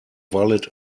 valid